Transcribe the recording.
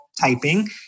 typing